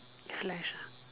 flash ah